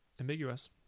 ambiguous